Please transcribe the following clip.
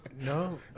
No